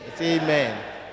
amen